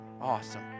Awesome